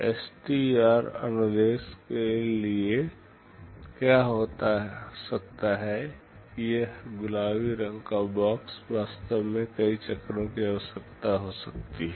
STR अनुदेश के लिए क्या हो सकता है कि यह गुलाबी रंग का बॉक्स वास्तव में कई चक्रों की आवश्यकता हो सकती है